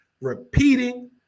repeating